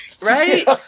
right